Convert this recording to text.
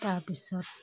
তাৰপিছত